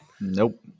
Nope